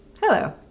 hello